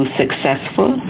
successful